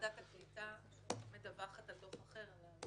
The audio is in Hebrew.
בוועדת הקליטה אני מדווחת על דוח אחר,